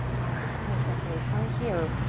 alright, listen carefully. from here,